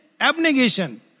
Abnegation